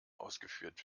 ausgeführt